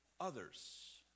others